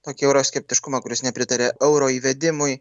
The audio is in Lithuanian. tokį euroskeptiškumą kuris nepritaria euro įvedimui